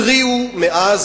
התריעו מאז,